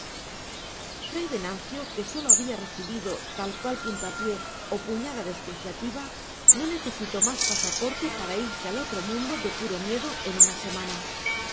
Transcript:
venancio que sólo había recibido tal cual puntapié o puñada despreciativa no necesitó más pasaporte para irse al otro mundo de puro miedo en una semana